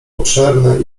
obszerny